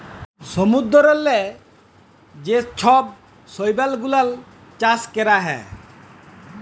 সমুদ্দূরেল্লে যে ছব শৈবাল গুলাল চাষ ক্যরা হ্যয়